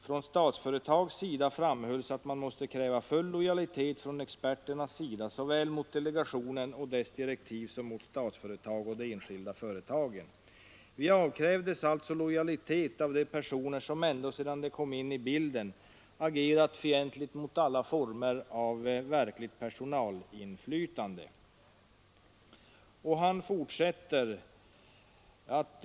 Från Statsföretag framhölls att man måste kräva full lojalitet från experternas sida såväl mot delegationen och dess direktiv som mot Statsföretag och de enskilda företagen. Vi avkrävdes alltså lojalitet av personer som ända sedan de kom in i bilden agerat fientligt mot alla former av verkligt personalinflytande—-=-=-.